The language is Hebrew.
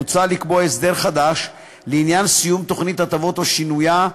מוצע לקבוע הסדר חדש לעניין סיום תוכנית הטבות או שינויה,